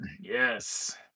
Yes